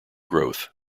growth